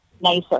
nicer